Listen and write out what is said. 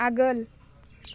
आगोल